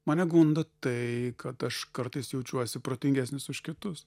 mane gundo tai kad aš kartais jaučiuosi protingesnis už kitus